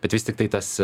bet vis tiktai tas